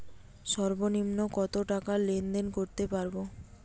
সর্বনিম্ন কত টাকা লেনদেন করতে পারবো?